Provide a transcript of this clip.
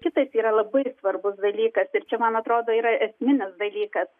kitas yra labai svarbus dalykas ir čia man atrodo yra esminis dalykas